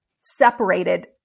separated